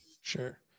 Sure